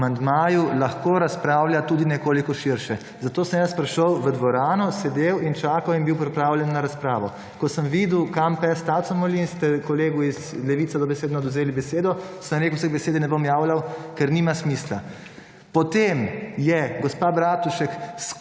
amandmaju lahko razpravlja tudi nekoliko širše. Zato sem jaz prišel v dvorano, sedel in čakal in bil pripravljen na razpravo. Ko sem videl kam pes taco moli in ste kolegu iz Levice dobesedno odvzeli besedo, sem rekel se k besedi ne bom javljal, ker nima smisla. Potem je gospa Bratušek